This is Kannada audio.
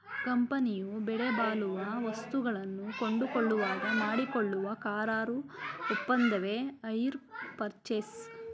ಕಂಪನಿಯು ಬೆಲೆಬಾಳುವ ವಸ್ತುಗಳನ್ನು ಕೊಂಡುಕೊಳ್ಳುವಾಗ ಮಾಡಿಕೊಳ್ಳುವ ಕರಾರು ಒಪ್ಪಂದವೆ ಹೈರ್ ಪರ್ಚೇಸ್